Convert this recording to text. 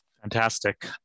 Fantastic